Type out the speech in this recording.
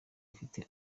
afite